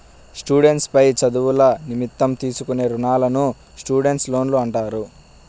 students పై చదువుల నిమిత్తం తీసుకునే రుణాలను స్టూడెంట్స్ లోన్లు అంటారు